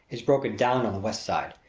is broken down on the west side,